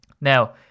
Now